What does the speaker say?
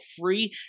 free